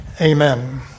Amen